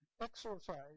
exercise